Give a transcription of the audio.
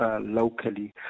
locally